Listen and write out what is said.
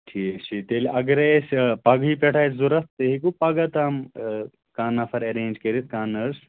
ٹھیٖک چھُ تیٚلہِ اگر ہے أسۍ پگہٕے پٮ۪ٹھ آسہِ ضروٗرت تُہۍ ہٮ۪کٕوٕ پگاہ تام کانٛہہ نفر ایرینج کٔرِتھ کانٛہہ نٔرٕس